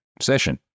session